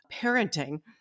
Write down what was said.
parenting